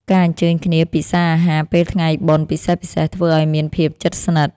ការអញ្ជើញគ្នាពិសារអាហារពេលថ្ងៃបុណ្យពិសេសៗធ្វើឱ្យមានភាពជិតស្និទ្ធ។